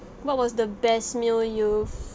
what was the best meal you've